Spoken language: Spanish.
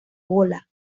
gola